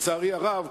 לצערי הרב,